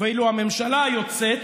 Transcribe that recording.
ואילו הממשלה היוצאת,